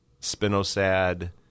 spinosad